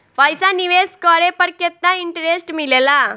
पईसा निवेश करे पर केतना इंटरेस्ट मिलेला?